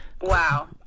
Wow